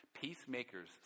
peacemakers